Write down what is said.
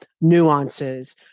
nuances